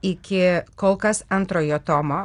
iki kol kas antrojo tomo